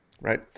right